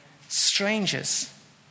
strangers